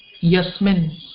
Yasmin